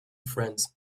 friends